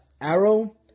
Arrow